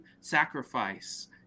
sacrifice